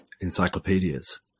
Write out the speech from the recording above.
Encyclopedias